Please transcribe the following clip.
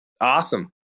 Awesome